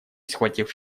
схватив